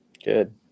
Good